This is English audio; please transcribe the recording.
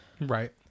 Right